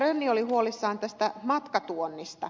rönni oli huolissaan tästä matkatuonnista